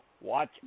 Watch